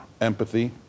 empathy